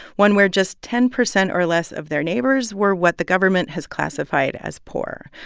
one where just ten percent or less of their neighbors were what the government has classified as poor.